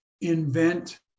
invent